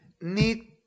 Need